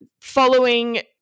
Following